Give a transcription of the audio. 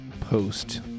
post